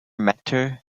matter